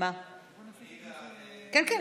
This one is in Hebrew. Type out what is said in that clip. כן, כן.